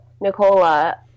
Nicola